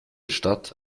statt